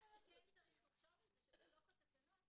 מה שכן צריך לחשוב זה שבתוך התקנות,